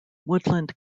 woodland